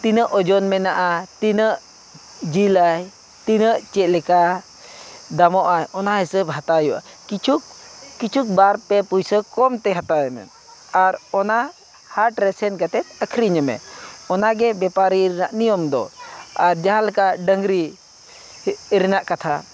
ᱛᱤᱱᱟᱹᱜ ᱳᱡᱚᱱ ᱢᱮᱱᱟᱜᱼᱟ ᱛᱤᱱᱟᱹᱜ ᱡᱤᱞᱟᱭ ᱛᱤᱱᱟᱹᱜ ᱪᱮᱫᱞᱮᱠᱟ ᱫᱟᱢᱚᱜᱟᱭ ᱚᱱᱟ ᱦᱤᱥᱟᱹᱵᱽ ᱦᱟᱛᱟᱣ ᱦᱩᱭᱩᱜᱼᱟ ᱠᱤᱪᱷᱩ ᱠᱤᱪᱷᱩ ᱵᱟᱨᱼᱯᱮ ᱯᱩᱭᱥᱟᱹ ᱠᱚᱢᱛᱮ ᱦᱟᱛᱟᱣ ᱮᱢᱮ ᱟᱨ ᱚᱱᱟ ᱦᱟᱴᱨᱮ ᱥᱮᱱ ᱠᱟᱛᱮᱫ ᱟᱹᱠᱷᱨᱤᱧᱮᱢᱮ ᱚᱱᱟᱜᱮ ᱵᱮᱯᱟᱨᱤ ᱨᱮᱱᱟᱜ ᱱᱤᱭᱚᱢ ᱫᱚ ᱟᱨ ᱡᱟᱦᱟᱸᱞᱮᱠᱟ ᱰᱟᱹᱝᱨᱤ ᱨᱮᱱᱟᱜ ᱠᱟᱛᱷᱟ